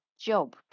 job